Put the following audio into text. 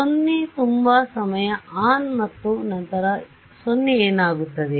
0 ತುಂಬಾ ಸಮಯ ಆನ್ ಮತ್ತು ನಂತರ 0 ಏನಾಗುತ್ತದೆ